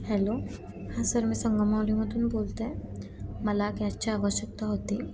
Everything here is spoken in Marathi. हॅलो हां सर मी संगम माहुलीमधून बोलते आहे मला गॅसची आवश्यकता होती